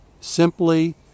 simply